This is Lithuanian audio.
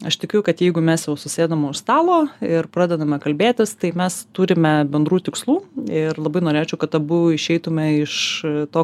aš tikiu kad jeigu mes jau susėdom už stalo ir pradedame kalbėtis tai mes turime bendrų tikslų ir labai norėčiau kad abu išeitume iš to